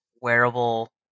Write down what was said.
wearable